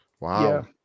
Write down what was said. Wow